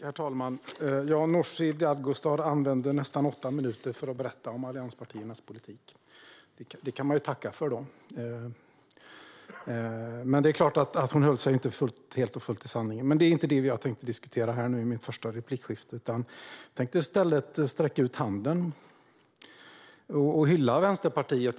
Herr talman! Nooshi Dadgostar använder nästan åtta minuter för att berätta om allianspartiernas politik. Det kan man tacka för. Det är klart att hon inte höll sig helt och hållet till sanningen, men det är inte det jag tänkte diskutera nu i det första replikskiftet. Jag tänkte i stället sträcka ut handen och hylla Vänsterpartiet.